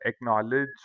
acknowledge